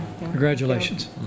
Congratulations